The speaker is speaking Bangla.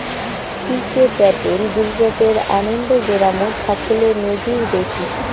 টি কে প্যাটেল গুজরাটের আনন্দ গেরামত সাফল্যের নজির দ্যাখি